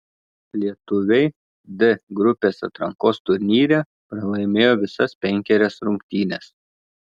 lietuviai d grupės atrankos turnyre pralaimėjo visas penkerias rungtynes